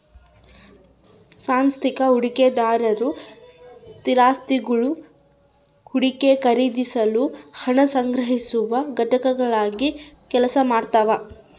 ಸಾಂಸ್ಥಿಕ ಹೂಡಿಕೆದಾರರು ಸ್ಥಿರಾಸ್ತಿಗುಳು ಹೂಡಿಕೆ ಖರೀದಿಸಲು ಹಣ ಸಂಗ್ರಹಿಸುವ ಘಟಕಗಳಾಗಿ ಕೆಲಸ ಮಾಡ್ತವ